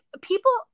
people